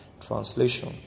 translation